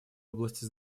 области